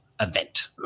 Event